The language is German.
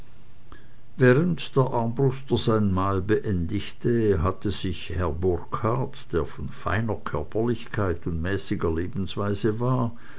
während der armbruster sein mahl beendigte hatte sich herr burkhard der von feiner körperlichkeit und mäßiger lebensweise war